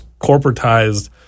corporatized